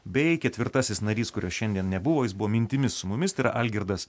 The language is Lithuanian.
bei ketvirtasis narys kurio šiandien nebuvo jis buvo mintimis su mumis tai yra algirdas